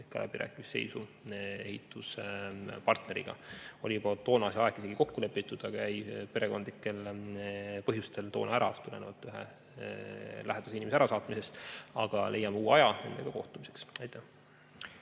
läbirääkimiste seisu ehituspartneriga. Meil oli toona see aeg isegi kokku lepitud, aga jäi perekondlikel põhjustel ära, tulenevalt ühe lähedase inimese ärasaatmisest, aga leiame uue aja nendega kohtumiseks. Suur